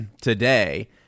today